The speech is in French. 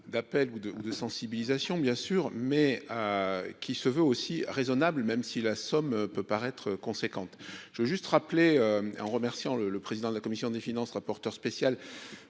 de ou de sensibilisation, bien sûr, mais qui se veut aussi raisonnables, même si la somme peut paraître conséquente, je veux juste rappeler en remerciant le le président de la commission des finances, rapporteur spécial